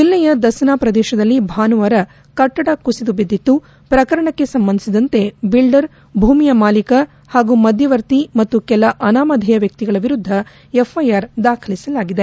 ಜಿಲ್ಲೆಯ ದಸನಾ ಪ್ರದೇಶದಲ್ಲಿ ಭಾನುವಾರ ಕಟ್ಟಡ ಕುಸಿದು ಬಿದ್ದಿತ್ತು ಪ್ರಕರಣಕ್ಕೆ ಸಂಬಂಧಿಸಿದಂತೆ ಬಿಲ್ವರ್ ಭೂಮಿಯ ಮಾಲೀಕ ಹಾಗೂ ಮಧ್ಯವರ್ತಿ ಮತ್ತು ಕೆಲ ಅನಾಮಧ್ಯೇಯ ವ್ಯಕ್ತಿಗಳ ವಿರುದ್ದ ಎಫ್ಐಆರ್ ದಾಖಲಿಸಲಾಗಿದೆ